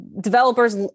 developers